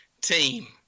team